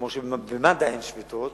כמו שבמד"א אין שביתות,